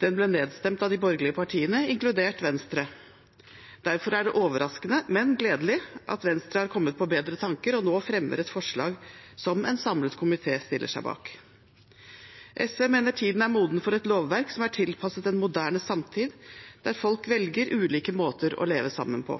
Den ble nedstemt av de borgerlige partiene, inkludert Venstre. Derfor er det overraskende – men gledelig – at Venstre har kommet på bedre tanker og nå fremmer et forslag som en samlet komité stiller seg bak. SV mener tiden er moden for et lovverk som er tilpasset en moderne samtid, der folk velger ulike måter å leve sammen på.